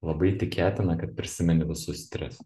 labai tikėtina kad prisimeni visus tris